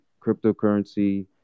cryptocurrency